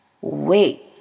Wait